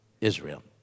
Israel